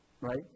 right